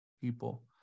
people